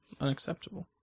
unacceptable